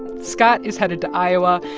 scott is headed to iowa.